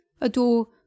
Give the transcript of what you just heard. adore